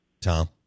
Tom